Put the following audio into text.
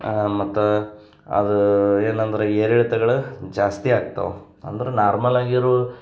ಮತ್ತು ಅದು ಏನಂದರೆ ಏರಿಳಿತಗಳು ಜಾಸ್ತಿ ಆಗ್ತವೆ ಅಂದ್ರೆ ನಾರ್ಮಲಾಗಿರೋ